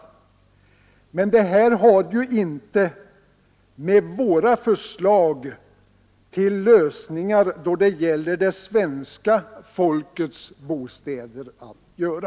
Men detta har ju inte med våra förslag till lösningar då det gäller det svenska folkets bostäder att göra.